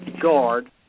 guard